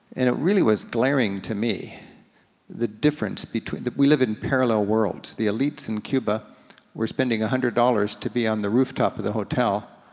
and it really was glaring to me the difference between, we live in parallel worlds. the elites in cuba were spending one hundred dollars to be on the rooftop of the hotel,